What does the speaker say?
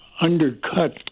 undercut